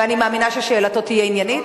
ואני מאמינה ששאלתו תהיה עניינית.